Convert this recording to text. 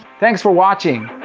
thanks for watching.